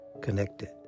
connected